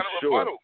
sure